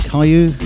Caillou